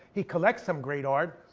he collects some great art.